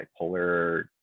bipolar